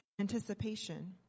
anticipation